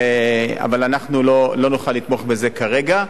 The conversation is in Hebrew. אבל אנחנו לא נוכל לתמוך בזה כרגע.